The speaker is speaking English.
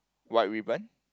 what ribbon